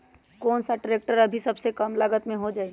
कौन सा ट्रैक्टर अभी सबसे कम लागत में हो जाइ?